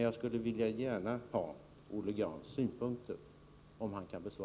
Jag skulle gärna vilja ha Olle Grahns synpunkter på detta.